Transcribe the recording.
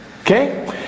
Okay